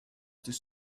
this